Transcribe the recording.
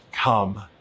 Come